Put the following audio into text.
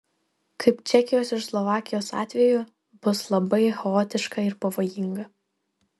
kaip čekijos ir slovakijos atveju bus labai chaotiška ir pavojinga